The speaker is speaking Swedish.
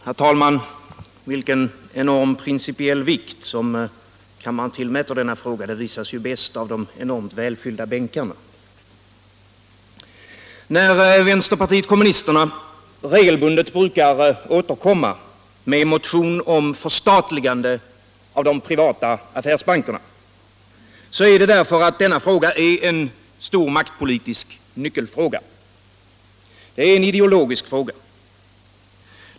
Herr talman! Vilken enorm principiell vikt kammarens ledamöter tillmäter denna fråga visas bäst av de oerhört väl fyllda bänkarna i denna sal. När vänsterpartiet kommunisterna regelbundet återkommer med motion om förstatligande av de privata affärsbankerna, så är det därför att denna fråga är en maktpolitisk nyckelfråga. Det är en ideologisk fråga.